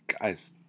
Guys